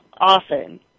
often